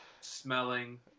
smelling